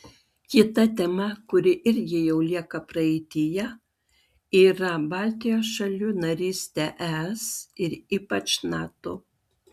kita tema kuri irgi jau lieka praeityje yra baltijos šalių narystė es ir ypač nato